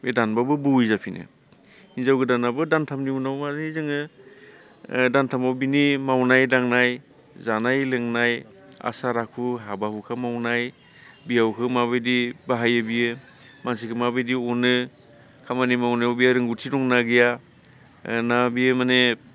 बे दानबाबो बौवि जाफिनो हिनजाव गोदानाबो दानथामनि उनाव माने जोङो दानथामाव बिनि मावनाय दांनाय जानाय लोंनाय आसार आखु हाबा हुखा मावनाय बिहावखौ माबायदि बाहायो बियो मानसिखौ माबायदि अनो खामानि मावनायाव बिहा रोंगौथि दंना गैया ना बियो माने